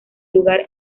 lugar